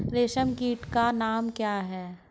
रेशम कीट का नाम क्या है?